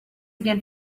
again